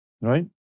right